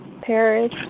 Paris